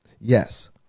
Yes